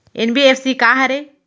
NBFC का हरे?